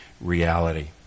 reality